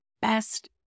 best